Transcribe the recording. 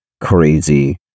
crazy